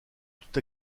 toute